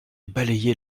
balayé